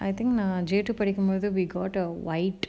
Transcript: I think நா:na J two படிக்கும் போது:padikkum pothu we got a white